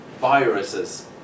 viruses